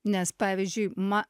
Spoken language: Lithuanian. nes pavyzdžiui ma